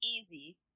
easy